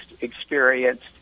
experienced